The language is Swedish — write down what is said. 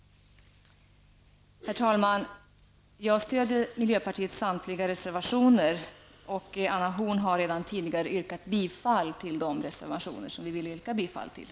Herr talman! Jag stöder miljöpartiets samtliga reservationer, och Anna Horn af Rantzien har redan tidigare yrkat bifall till de reservationer som vi vill yrka bifall till.